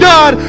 God